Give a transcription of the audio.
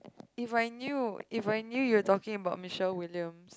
If I knew If I knew you are talking about Michelle-William